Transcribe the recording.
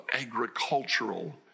agricultural